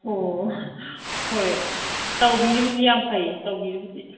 ꯑꯣ ꯍꯣꯏ ꯇꯧꯕꯤꯔꯤꯕꯁꯤ ꯌꯥꯝ ꯐꯩꯌꯦ ꯇꯧꯕꯤꯔꯤꯕꯨꯗꯤ